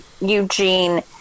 Eugene